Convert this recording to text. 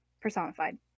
personified